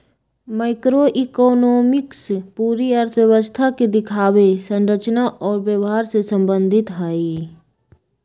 macroeconomics पूरी अर्थव्यवस्था के दिखावे, संरचना और व्यवहार से संबंधित हई